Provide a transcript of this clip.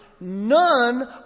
None